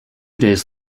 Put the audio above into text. days